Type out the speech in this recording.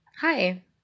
Hi